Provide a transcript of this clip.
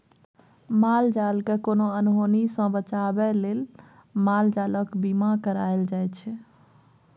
माल जालकेँ कोनो अनहोनी सँ बचाबै लेल माल जालक बीमा कराएल जाइ छै